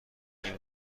این